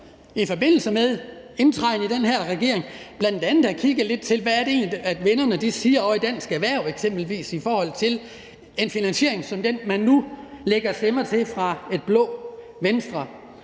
når man indtræder i den her regering, bl.a. burde kigge lidt til, hvad det egentlig er, vennerne siger ovre i Dansk Erhverv, eksempelvis i forhold til en finansiering som den, man nu lægger stemmer til fra et blåt Venstre.